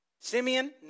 Simeon